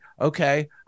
okay